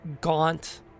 gaunt